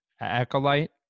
Acolyte